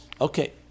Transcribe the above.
Okay